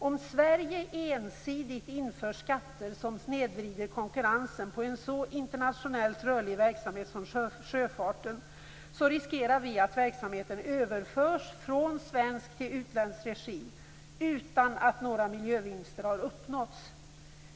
Om Sverige ensidigt inför skatter som snedvrider konkurrensen på en så internationellt rörlig verksamhet som sjöfarten riskerar vi att verksamhet överförs från svensk till utländsk regi utan att några miljövinster har uppnåtts.